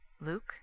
Luke